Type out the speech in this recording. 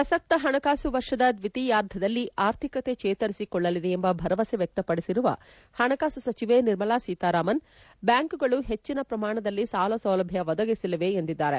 ಪ್ರಸಕ್ತ ಹಣಕಾಸು ವರ್ಷದ ದ್ವಿತೀಯಾರ್ಧದಲ್ಲಿ ಅರ್ಥಿಕತೆ ಚೇತರಿಸಿಕೊಳ್ಳಲಿದೆ ಎಂಬ ಭರವಸೆ ವ್ಯಕ್ತಪಡಿಸಿರುವ ಹಣಕಾಸು ಸಚಿವೆ ನಿರ್ಮಲಾ ಸೀತಾರಾಮನ್ ಬ್ಯಾಂಕ್ಗಳು ಹೆಚ್ಚನ ಪ್ರಮಾಣದಲ್ಲಿ ಸಾಲ ಸೌಲಭ್ಞ ಒದಗಿಸಲಿದೆ ಎಂದಿದ್ದಾರೆ